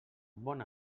bon